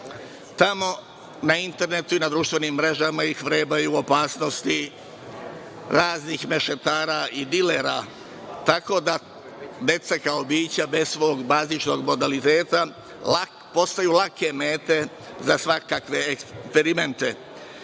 Tamo na internetu i društvenim mrežama ih vrebaju opasnosti raznih mešetara i dilera, tako da deca kao bića bez svog bazičnog modaliteta postaju lake mete za svakakve eksperimente.